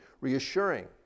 reassuring